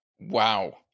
wow